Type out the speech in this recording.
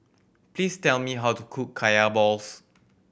please tell me how to cook Kaya balls